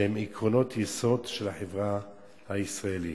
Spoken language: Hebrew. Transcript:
שהם עקרונות יסוד של החברה הישראלית.